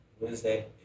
Wednesday